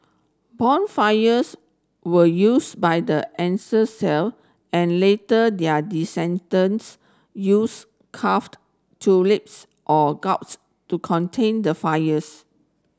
bonfires were used by the ancient Celt and later their descendants used carved turnips or gourds to contain the fires